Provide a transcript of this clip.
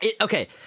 Okay